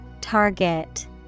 Target